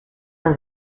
and